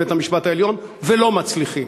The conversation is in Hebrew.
לבית-המשפט העליון ולא מצליחים,